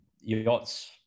Yachts